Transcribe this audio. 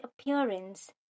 appearance